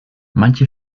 manche